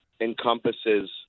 encompasses